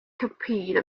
compete